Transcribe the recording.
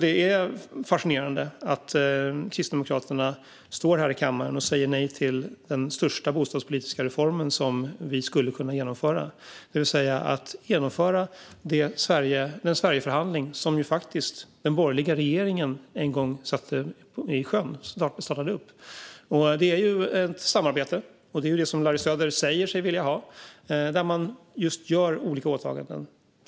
Det är fascinerande att Kristdemokraterna i kammaren säger nej till den största bostadspolitiska reform vi skulle kunna genomföra, det vill säga att genomföra den Sverigeförhandling som den borgerliga regeringen faktiskt en gång startade. Det handlar om ett samarbete, och det säger Larry Söder sig ju vilja ha, där man göra olika åtaganden.